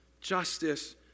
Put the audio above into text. Justice